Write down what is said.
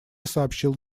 сообщил